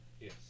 Yes